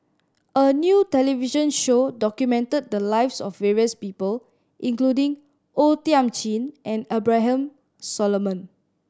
a new television show documented the lives of various people including O Thiam Chin and Abraham Solomon